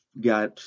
got